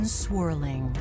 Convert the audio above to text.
swirling